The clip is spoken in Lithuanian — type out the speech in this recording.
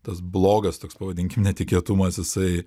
tas blogas toks pavadinkim netikėtumas jisai